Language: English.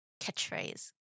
catchphrase